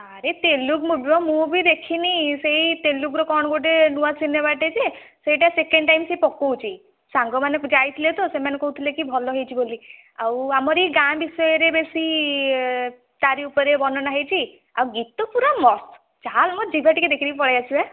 ଆରେ ତେଲୁଗୁ ମୁଭି ବା ମୁ ବି ଦେଖିନି ସେଇ ତେଲୁଗୁ ର କଣ ଗୋଟେ ନୂଆ ସିନେମାଟେ ଯେ ସେଟା ସେକେଣ୍ଡ ଟାଇମ ସେ ପକଉଛି ସାଙ୍ଗମାନେ ଯାଇଥିଲେ ତ ସେମାନେ କହୁଥିଲେ ଭଲ ହେଇଛି ବୋଲି ଆଉ ଆମରି ଗାଁ ବିଷୟ ରେ ବେଶୀ ତା ରି ଉପରେ ବର୍ଣ୍ଣନା ହେଇଛି ଆଉ ଗୀତ ପୁରା ମସ୍ତ ଚାଲ୍ ମ ଯିବା ଟିକେ ଦେଖିଦେଇ ପଳେଇ ଆସିବା